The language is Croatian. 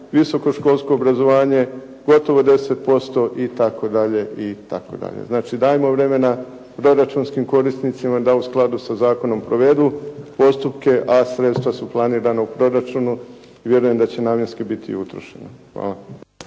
visokoškolsko obrazovanje gotovo 10% itd. itd. Znači, dajmo vremena proračunskim korisnicima da u skladu sa zakonom provedu postupke, a sredstva su planirana u proračunu i vjerujem da će namjenski biti i utrošena. Hvala.